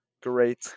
great